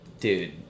dude